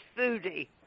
foodie